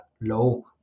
low